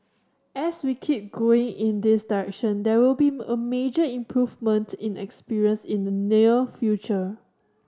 as we keep going in this direction there will be a major improvement in experience in the near future